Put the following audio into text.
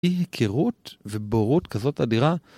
היא היכרות ובורות כזאת אדירה.